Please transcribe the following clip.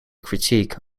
critique